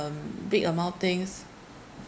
um big amount things